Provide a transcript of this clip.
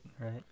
Right